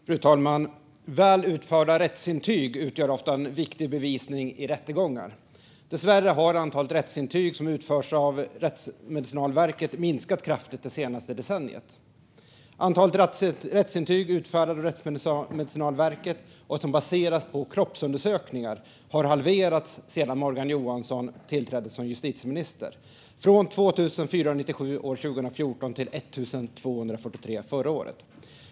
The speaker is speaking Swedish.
Fru talman! Väl utförda rättsintyg utgör ofta viktig bevisning i rättegångar. Dessvärre har antalet rättsintyg som utförs av Rättsmedicinalverket minskat kraftigt det senaste decenniet. Antalet rättsintyg utfärdade av Rättsmedicinalverket som baseras på kroppsundersökningar har halverats sedan Morgan Johansson tillträdde som justitieminister, från 2 487 år 2014 till 1 243 förra året.